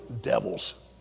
devils